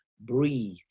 breathe